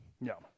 No